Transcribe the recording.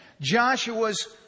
Joshua's